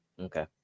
okay